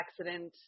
accident